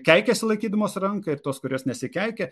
keikėsi laikydamos ranką ir tos kurios nesikeikė